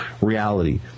reality